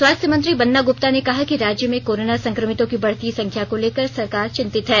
स्वास्थ्य मंत्री बन्ना गुप्ता ने कहा कि राज्य में कोरोना संक्रमितों की बढ़ती संख्या को लेकर सरकार चिंतित है